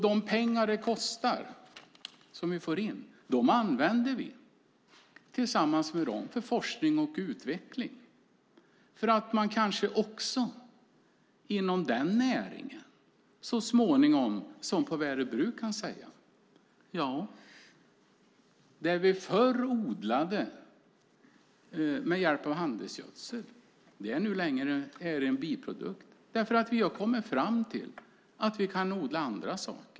De pengar vi får in använder vi för forskning och utveckling. Man kanske också inom den näringen kan säga som på Värö bruk: Det vi förr odlade med hjälp av handelsgödsel är nu för tiden en biprodukt eftersom vi har kommit fram till att vi kan odla annat.